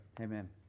amen